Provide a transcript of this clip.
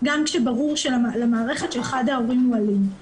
גם כשברור למערכת שאחד ההורים הוא אלים.